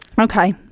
Okay